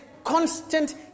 Constant